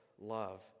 love